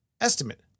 estimate